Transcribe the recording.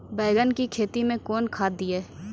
बैंगन की खेती मैं कौन खाद दिए?